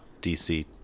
DC